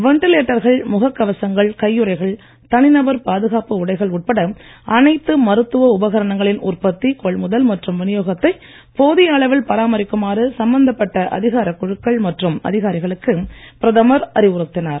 வென்டிலேட்டர்கள் முகக் கவசங்கள் கையுறைகள் தனிநபர் பாதுகாப்பு உடைகள் உட்பட அனைத்து மருத்துவ உபகரணங்களின் உற்பத்தி கொள்முதல் மற்றும் விநியோகத்தை போதிய அளவில் பராமரிக்குமாறு சம்பந்தப்பட்ட அதிகாரக் குழுக்கள் மற்றும் அதிகாரிகளுக்கு பிரதமர் அறிவுறுத்தினார்